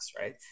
right